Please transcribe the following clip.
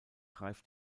reift